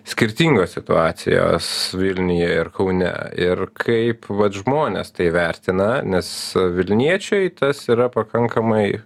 skirtingos situacijos vilniuje ir kaune ir kaip vat žmonės tai vertina nes vilniečiui tas yra pakankamai